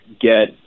get